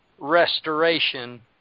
restoration